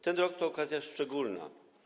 Ten rok to okazja szczególna.